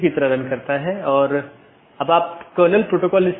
3 अधिसूचना तब होती है जब किसी त्रुटि का पता चलता है